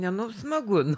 ne nu smagu nu